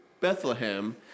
Bethlehem